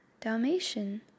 Dalmatian